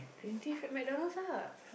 green tea frappe McDonald's ah